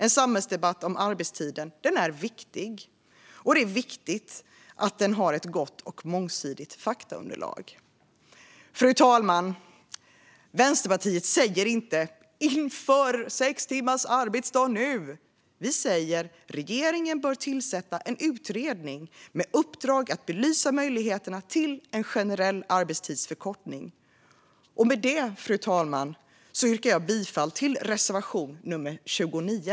En samhällsdebatt om arbetstiden är viktig, och det är viktigt att den har ett gott och mångsidigt faktaunderlag. Fru talman! Vänsterpartiet säger inte: Inför sex timmars arbetsdag nu! Vi säger: Regeringen bör tillsätta en utredning med uppdrag att belysa möjligheterna till en generell arbetstidsförkortning. Med det, fru talman, yrkar jag bifall till reservation nummer 29.